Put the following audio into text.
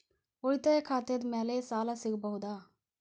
ಉಳಿತಾಯ ಖಾತೆದ ಮ್ಯಾಲೆ ಸಾಲ ಸಿಗಬಹುದಾ?